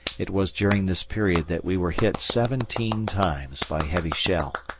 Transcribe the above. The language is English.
it was during this period that we were hit seventeen times by heavy shell,